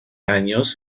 años